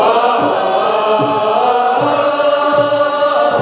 oh